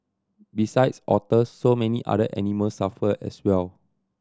besides otters so many other animals suffer as well